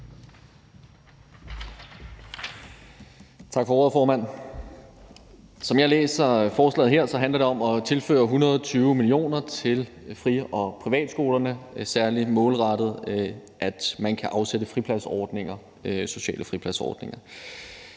Tak for ordet, formand. Som jeg læser forslaget her, handler det om at tilføre 120 mio. kr. til fri- og privatskolerne, særlig målrettet til, at man kan afsætte sociale fripladsordninger.